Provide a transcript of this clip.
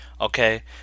Okay